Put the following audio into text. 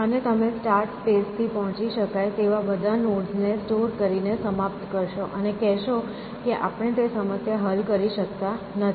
અને તમે start state થી પહોંચી શકાય તેવા બધાં નોડ્સને સ્ટોર કરીને સમાપ્ત કરશો અને કહેશો કે આપણે તે સમસ્યા હલ કરી શકતા નથી